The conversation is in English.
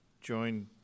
join